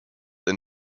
than